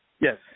Yes